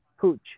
pooch